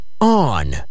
on